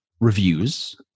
reviews